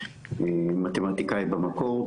מתמטיקאי במקור,